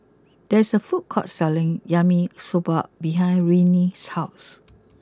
there is a food court selling Yaki Soba behind Riley's house